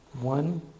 One